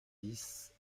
dix